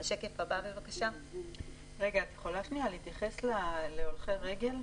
את יכולה להתייחס להולכי רגל?